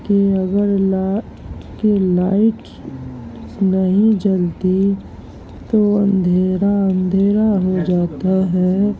کہ اگر لائٹ کہ لائٹ نہیں جلتی تو اندھیرا اندھیرا ہو جاتا ہے